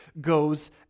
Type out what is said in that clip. goes